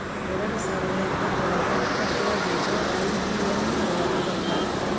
ಎರಡ್ ಸಾವಿರದ ಇಪ್ಪತ್ರೊಳಗ ಎಪ್ಪತ್ತೇಳು ದೇಶ ಐ.ಬಿ.ಎ.ಎನ್ ಒಳಗ ಬರತಾವ